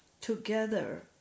together